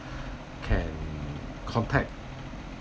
can contact